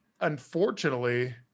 unfortunately